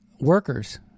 workers